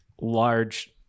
large